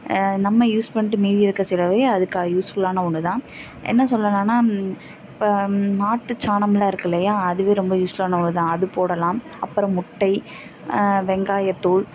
நம்ம யூஸ் பண்ணிட்டு மீதி இருக்க சிலவை அதுக்கா யூஸ்ஃபுல்லான ஒன்று தான் என்ன சொல்லலான்னா இப்போ மாட்டுச்சாணம்லாம் இருக்குது இல்லையா அதுவே ரொம்ப யூஸ்ஃபுல்லான ஒன்னு தான் அது போடலாம் அப்புறம் முட்டை வெங்காயத்தோல்